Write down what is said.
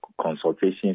consultation